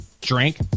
Drink